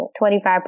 25%